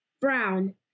Brown